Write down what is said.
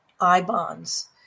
I-bonds